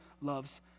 loves